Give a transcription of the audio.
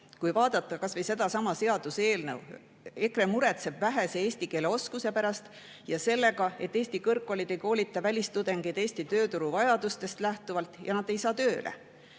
Kui vaadata kas või sedasama seaduseelnõu, siis EKRE muretseb vähese eesti keele oskuse pärast ja selle pärast, et Eesti kõrgkoolid ei koolita välistudengeid Eesti tööturu vajadustest lähtuvalt ja nad ei saa tööle.